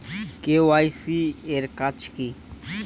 KYC এর কাজ কি?